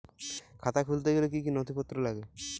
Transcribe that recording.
খাতা খুলতে গেলে কি কি নথিপত্র লাগে?